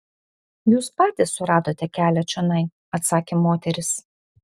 jūs patys suradote kelią čionai atsakė moteris